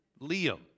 Liam